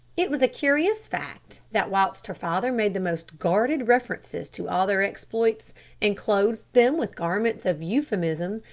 it was a curious fact that whilst her father made the most guarded references to all their exploits and clothed them with garments of euphemism,